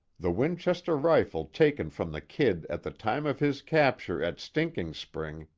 the winchester rifle taken from the kid at the time of his capture at stinking spring,